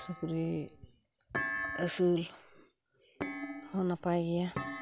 ᱥᱩᱠᱨᱤ ᱟᱹᱥᱩᱞ ᱦᱚᱸ ᱱᱟᱯᱟᱭ ᱜᱮᱭᱟ